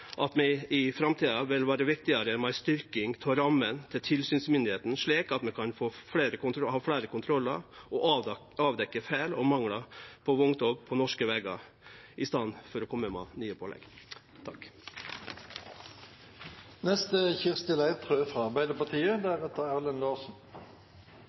at det i framtida vil vere viktigare med ei styrking av rammene til tilsynsmyndigheitene, slik at me kan ha fleire kontrollar og avdekkje feil og manglar på vogntog på norske vegar, enn å kome med nye pålegg.